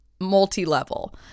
multi-level